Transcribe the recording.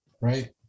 right